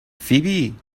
فیبی